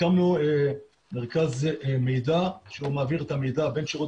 הקמנו מרכז מידע שהוא מעביר את המידע בין שירות